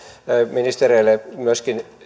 ministereille